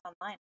online